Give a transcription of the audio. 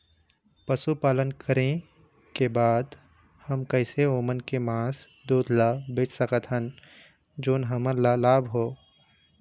पशुपालन करें के बाद हम कैसे ओमन के मास, दूध ला बेच सकत हन जोन हमन ला लाभ हो?